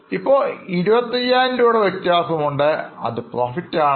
അപ്പോ 25000 രൂപയുടെ വ്യത്യാസമുണ്ട് അത് Profit ആണ്